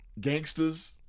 gangsters